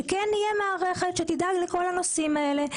שכן תהיה מערכת שתדאג לכל הנושאים האלה.